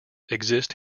exist